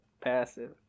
passive